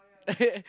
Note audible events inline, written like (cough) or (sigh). (laughs)